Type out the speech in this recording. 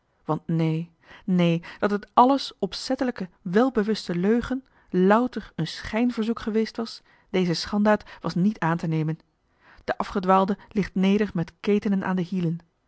want neen neen dat het àlles opzettelijke welbewuste leugen louter een schijnverzoek geweest was deze schanddaad was niet aan te nemen de afgedwaalde ligt neder met ketenen aan de hielen